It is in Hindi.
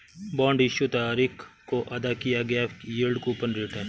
बॉन्ड इश्यू तारीख को अदा किया गया यील्ड कूपन रेट है